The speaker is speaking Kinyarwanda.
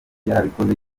yarabikoze